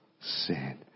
sin